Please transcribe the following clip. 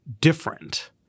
different